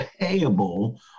payable